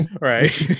Right